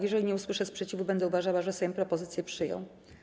Jeżeli nie usłyszę sprzeciwu, będę uważała, że Sejm propozycję przyjął.